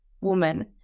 woman